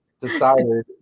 decided